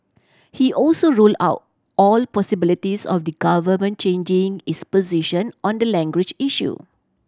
he also rule out all possibilities of the Government changing its position on the language issue